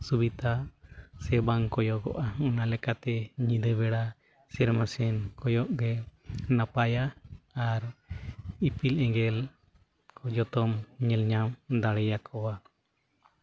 ᱥᱩᱵᱤᱫᱷᱟ ᱥᱮ ᱵᱟᱝ ᱠᱚᱭᱚᱜᱚᱜᱼᱟ ᱚᱱᱟ ᱞᱮᱠᱟᱛᱮ ᱧᱤᱫᱟᱹᱵᱮᱲᱟ ᱥᱮᱨᱢᱟ ᱥᱮᱫ ᱠᱚᱭᱚᱜ ᱜᱮ ᱱᱟᱯᱟᱭᱟ ᱟᱨ ᱤᱯᱤᱞ ᱮᱸᱜᱮᱞ ᱠᱚ ᱡᱚᱛᱚᱢ ᱧᱮᱞ ᱧᱟᱢ ᱫᱟᱲᱮᱭᱟᱠᱚᱣᱟ